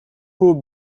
who